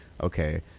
Okay